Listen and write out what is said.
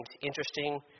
interesting